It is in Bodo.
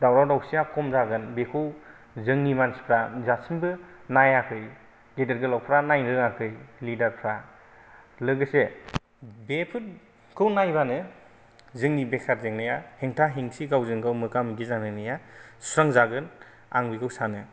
दावराव दाउसिआ खम जागोन बेखौ जोंनि मानसिफ्रा दासिमबो नायाखै गेदेर गोलावफ्रा नायनो रोङाखै लिडारफ्रा लोगोसे बेफोरखौ नायबानो जोंनि बेकार जेंनाया हेंथा हेंथि गावजों गाव मोगा मोगि जालायनाया सुस्रां जागोन आं बेखौ सानो